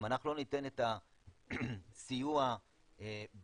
אם לא ניתן את הסיוע בקורסים,